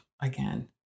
again